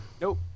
Nope